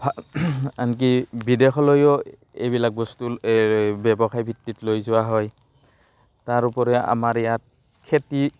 আনকি বিদেশলৈয়ো এইবিলাক বস্তু ব্যৱসায় ভিত্তিত লৈ যোৱা হয় তাৰ উপৰি আমাৰ ইয়াত খেতি